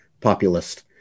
populist